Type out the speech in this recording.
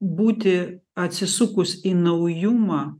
būti atsisukus į naujumą